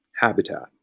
habitat